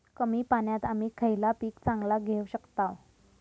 कमी पाण्यात आम्ही खयला पीक चांगला घेव शकताव?